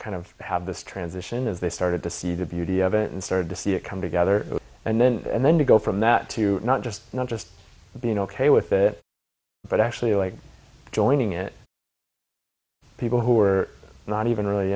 kind of have this transition as they started to see the beauty of it and started to see it come together and then and then to go from that to not just not just being ok with it but actually like joining it people who are not even really